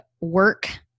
work